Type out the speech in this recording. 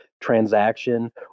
transaction